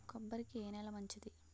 కొబ్బరి కి ఏ నేల మంచిది?